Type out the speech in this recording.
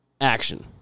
action